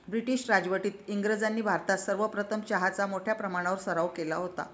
British राजवटीत इंग्रजांनी भारतात सर्वप्रथम चहाचा मोठ्या प्रमाणावर सराव केला होता